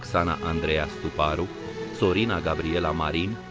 roxana-andreea stuparu, but sorina-gabriela marin,